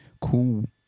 cool